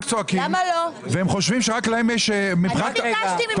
צועקים והם חושבים שרק להם יש --- רק רגע.